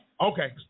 Okay